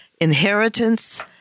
inheritance